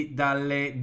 dalle